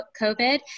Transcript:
COVID